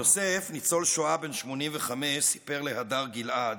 יוסף, ניצול שואה בן 85, סיפר להדר גיל-עד,